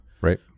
right